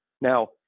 Now